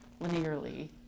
linearly